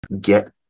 get